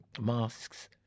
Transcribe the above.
masks